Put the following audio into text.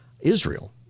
Israel